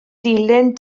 dilyn